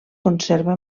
conserva